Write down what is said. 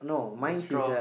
the straw